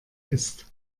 ist